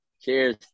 Cheers